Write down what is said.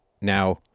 Now